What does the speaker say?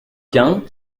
quint